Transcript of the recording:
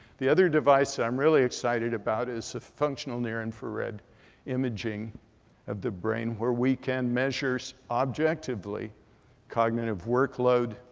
the other device i'm really excited about is the functional near infrared imaging of the brain where we can measure so objectively cognitive workload.